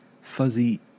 fuzzy